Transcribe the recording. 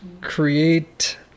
Create